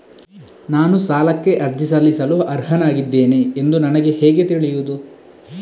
ನಾನು ಸಾಲಕ್ಕೆ ಅರ್ಜಿ ಸಲ್ಲಿಸಲು ಅರ್ಹನಾಗಿದ್ದೇನೆ ಎಂದು ನನಗೆ ಹೇಗೆ ತಿಳಿಯುದು?